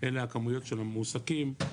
אלה הכמויות של המועסקים,